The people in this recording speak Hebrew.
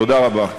תודה רבה.